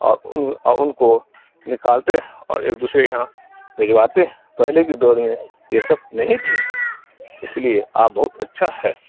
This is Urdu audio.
اور ان ان کو نکالتے ہیں اور ایک دوسرے کے یہاں بھجواتے ہیں پہلے کے دور میں یہ سب نہیں تھے اس لیے اب بہت اچھا ہے